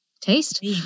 taste